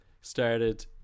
started